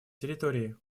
территории